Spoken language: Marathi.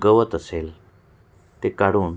गवत असेल ते काढून